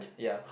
ya